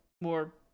more